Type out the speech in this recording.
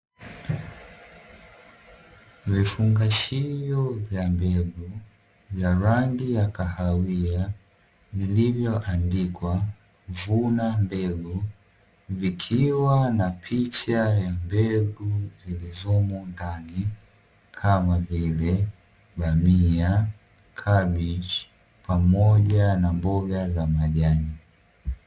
Vifungashio vya mbegu vya rangi ya kahawia, vilivyoandikwa "vuna mbegu" vikiwa na picha ya mbegu zilizomo ndani kama vile, bamia, kabichi pamoja na mboga za majani.